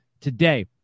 today